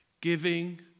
giving